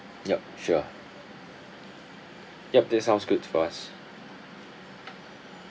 yup sure yup this sounds good for us